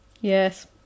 Yes